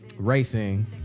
racing